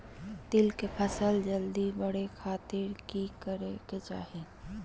तिल के फसल जल्दी बड़े खातिर की करे के चाही?